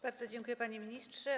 Bardzo dziękuję, panie ministrze.